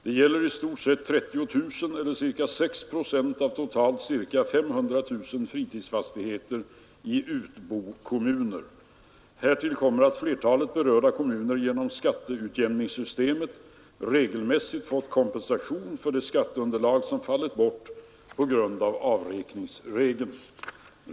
Det gäller i stort sett 30 000 eller ca 6 procent av totalt ca 500 000 fritidsfastigheter i utbokommuner. Härtill kommer att flertalet berörda kommuner genom skatteutjämningssystemet regelmässigt fått kompensation för det skatteunderlag som fallit bort på grund av avräkningsregeln.